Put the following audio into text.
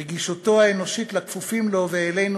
רגישותו האנושית לכפופים לו ואלינו,